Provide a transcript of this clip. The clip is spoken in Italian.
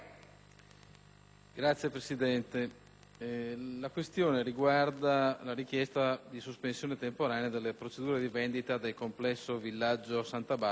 Signora Presidente, la questione riguarda la richiesta di sospensione temporanea delle procedure di vendita del complesso denominato Villaggio Santa Barbara,